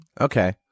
Okay